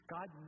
God